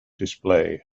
display